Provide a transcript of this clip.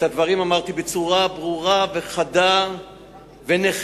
את הדברים אמרתי בצורה ברורה וחדה ונחרצת